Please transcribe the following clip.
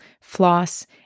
floss